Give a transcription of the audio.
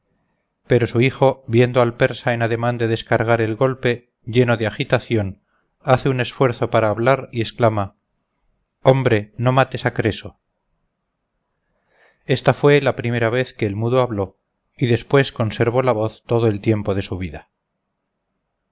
pero su hijo viendo al persa en ademán de descargar el golpe lleno de agitación hace un esfuerzo para hablar y exclama hombre no mates a creso esta fue la primera vez que el mudo habló y después conservó la voz todo el tiempo de su vida